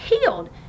healed